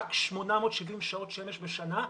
רק 870 שעות שמש בשנה,